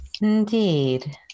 Indeed